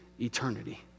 eternity